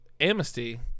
Amnesty